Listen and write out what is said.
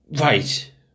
Right